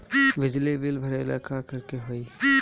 बिजली बिल भरेला का करे के होई?